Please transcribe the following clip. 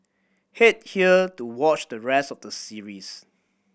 head here to watch the rest of the series